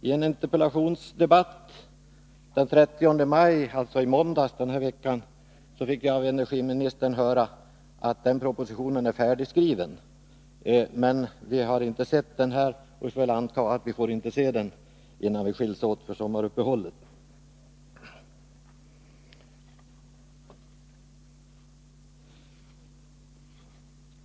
I en interpellationsdebatt den 30 maj, alltså i måndags, fick vi av energiministern höra att propositionen är färdigskriven. Men vi har ännu inte sett den och får väl anta att vi inte får den innan vi skiljs åt för sommaruppehållet.